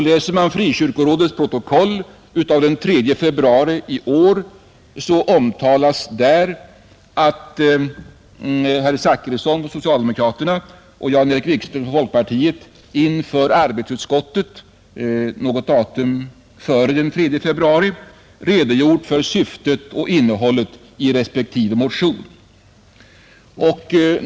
Läser man Frikyrkorådets protokoll av den 3 februari i år finner man att där omtalas att herr Zachrisson, socialdemokraterna, och herr Jan-Erik Wikström, folkpartiet, inför arbetsutskottet något datum före den 3 februari redogjort för syftet med och innehållet i respektive motion.